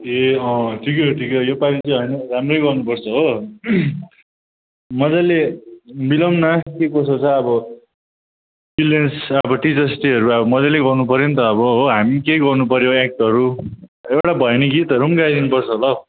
ए अँ ठिकै हो ठिकै हो योपालि चाहिँ होइन राम्रै गर्नुपर्छ हो मज्जाले मिलाउँ न के कसो छ अब चिल्ड्रेन्स अब टिचर्स डेहरू अब मज्जाले गर्नु पऱ्यो नि त अब हो हामी केही गर्नुपऱ्यो एक्टहरू एउटा भयो भने गीतहरू पनि गाइदिनु पर्छ होला हौ